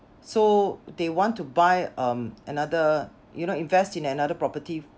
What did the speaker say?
so they want to buy um another you know invest in another property